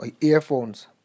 earphones